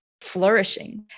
flourishing